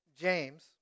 James